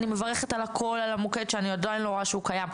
אני מברכת על הכול על המוקד שאני עדיין לא רואה שהוא קיים,